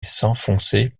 s’enfonçait